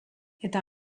eta